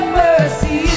mercy